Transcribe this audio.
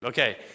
Okay